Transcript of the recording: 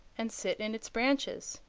and sit in its branches.